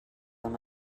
amb